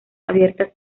abiertas